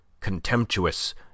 contemptuous